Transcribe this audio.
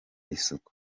isuku